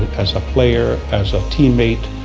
as a player, as a teammate,